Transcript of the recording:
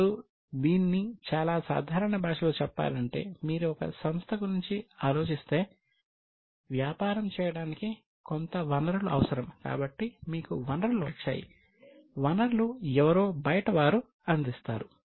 ఇప్పుడు దీన్ని చాలా సాధారణ భాషలో చెప్పాలంటే మీరు ఒక సంస్థ గురించి ఆలోచిస్తే వ్యాపారం చేయడానికి కొంత వనరులు అవసరం కాబట్టి మీకు వనరులు వచ్చాయి వనరులు ఎవరో బయటివారు అందిస్తారు